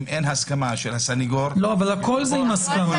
אם אין הסכמה של הסנגור- - אבל הכול זה עם הסכמה.